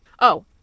Oh